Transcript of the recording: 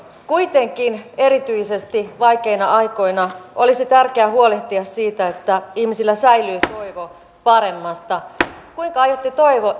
kuitenkin erityisesti vaikeina aikoina olisi tärkeää huolehtia siitä että ihmisillä säilyy toivo paremmasta kuinka aiotte